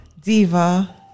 Diva